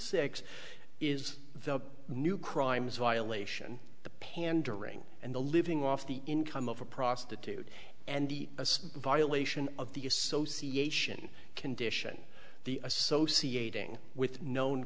six is the new crimes violation the pandering and the living off the income of a prostitute and as a violation of the association condition the associating with known